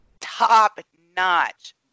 Top-notch